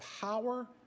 power